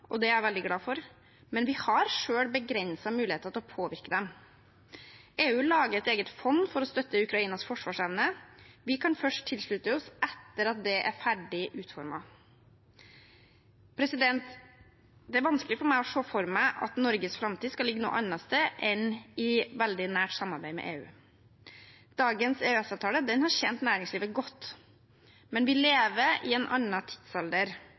og det er jeg veldig glad for, men vi har selv begrensede muligheter til å påvirke dem. EU lager et eget fond for å støtte Ukrainas forsvarsevne. Vi kan først slutte oss til dette etter at det er ferdig utformet. Det er vanskelig for meg å se for meg at Norges framtid skal ligge noe annet sted enn i veldig nært samarbeid med EU. Dagens EØS-avtale har tjent næringslivet godt, men vi lever i en annen tidsalder